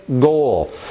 goal